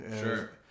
Sure